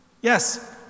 Yes